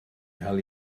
cael